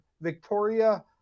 Victoria